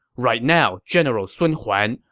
right now general sun huan,